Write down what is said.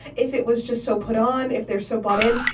if it was just so put on, if they're so bored in,